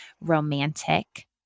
romantic